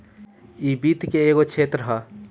इ वित्त के एगो क्षेत्र ह